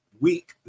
week